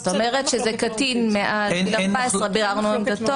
זאת אומרת, זה קטין מעל גיל 14. אין מחלוקת.